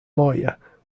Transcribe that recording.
lawyer